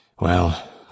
Well